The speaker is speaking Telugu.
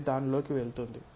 ఇది దాని లోకి వెళుతుంది